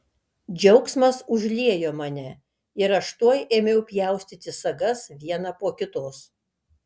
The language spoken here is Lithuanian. džiaugsmas užliejo mane ir aš tuoj ėmiau pjaustyti sagas vieną po kitos